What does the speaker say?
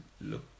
look